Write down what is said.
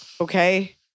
Okay